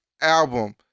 Album